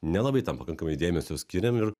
nelabai tam pakankamai dėmesio skiriam ir